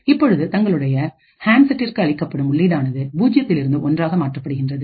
இப்பொழுது தங்களுடைய ஹாண்ட செட்டிற்கு அளிக்கப்படும் உள்ளீடுடானது பூஜ்ஜியத்தில் இருந்து ஒன்றாக மாற்றப்படுகின்றது